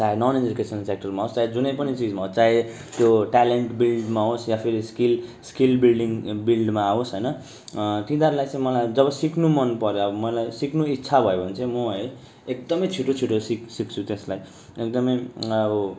चाहे non education सेक्टरमा होस् चाहे जुनै पनि चिजमा होस् चाहे त्यो टेलेन्ट बिल्टमा होस् या फिर स्किल स्किल बिल्डिङ बिल्डमा होस् होइन तिनीहरूलाई चाहिँ मलाई जब सिक्नु मन पर्यो अब मलाई सिक्नु इच्छा भयो भने चाहिँ म है एकदमै छिटो छिटो छिक सिक्छु त्यसलाई एकदमै अब